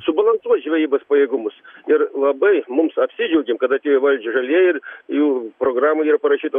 subalansuot žvejybos pajėgumus ir labai mums apsidžiaugėm kad atėjo į valdžią žalieji ir jų programoje yra parašyta